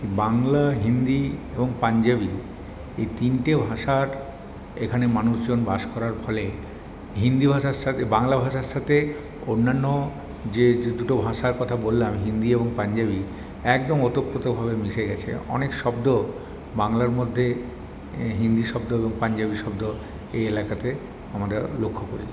বাংলা হিন্দি এবং পাঞ্জাবী এই তিনটে ভাষার এখানে মানুষজন বাস করার ফলে হিন্দি ভাষার সাথে বাংলা ভাষার সাথে অন্যান্য যে দু দুটো ভাষার কথা বললাম হিন্দি এবং পাঞ্জাবী একদম ওতপ্রোতভাবে মিশে গেছে অনেক শব্দ বাংলার মধ্যে হিন্দি শব্দ পাঞ্জাবী শব্দ এই এলাকাতে আমরা লক্ষ্য করি